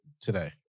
today